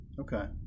Okay